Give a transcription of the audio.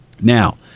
Now